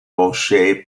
rocher